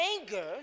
anger